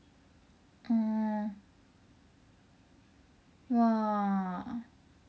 mm !wah!